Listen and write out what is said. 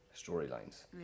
storylines